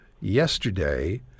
yesterday